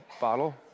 bottle